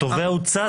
התובע הוא צד.